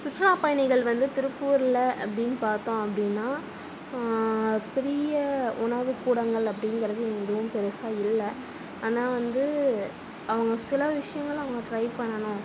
சுற்றுலா பயணிகள் வந்து திருப்பூரில் அப்படின்னு பார்த்தோம் அப்படினா பெரிய உணவுக்கூடங்கள் அப்படிங்குறது எதுவும் பெரிசாக இல்லை ஆனால் வந்து அவங்க சில விஷயங்களை அவங்க ட்ரை பண்ணனும்